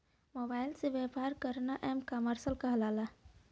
mobile के माध्यम से व्यापार करना एम कॉमर्स कहलाला